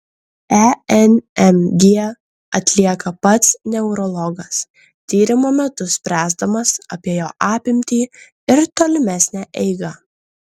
enmg atlieka pats neurologas tyrimo metu spręsdamas apie jo apimtį ir tolimesnę eigą